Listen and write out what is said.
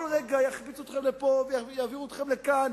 כל רגע יקפיצו אתכם לפה, יעבירו אתכם לכאן.